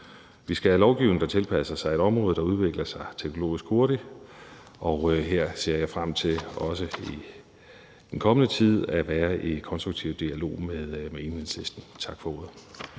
Vi skal have lovgivning, der tilpasser sig et område, der udvikler sig teknologisk hurtigt, og her ser jeg frem til også i den kommende tid at være i konstruktiv dialog med Enhedslisten. Tak for ordet.